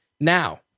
now